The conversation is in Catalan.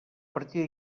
partir